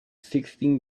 sixteen